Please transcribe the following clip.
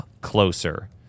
closer